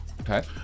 Okay